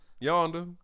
yonder